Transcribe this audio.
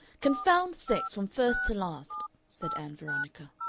confound sex from first to last! said ann veronica.